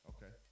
Okay